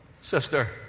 sister